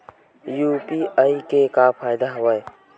UPI के का फ़ायदा हवय?